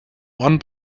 one